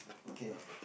okay